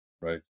right